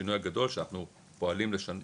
השינוי הגדול שאנחנו פועלים לשנות,